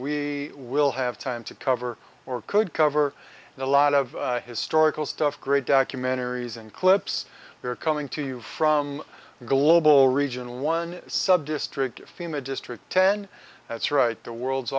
we will have time to cover or could cover and a lot of historical stuff great documentaries and clips are coming to you from global regional one subdistrict fema district ten that's right the world's